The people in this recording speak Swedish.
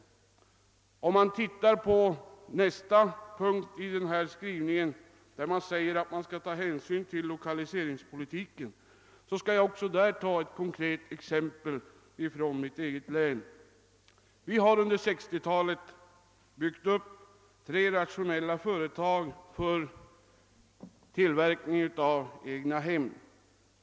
Även när det gäller utskottets skrivning att man bör ta hänsyn till lokaliseringspolitiken kan jag anföra ett konkret exempel från mitt eget län. Vi har under 1960-talet byggt upp tre rationella företag för tillverkning av egnahem.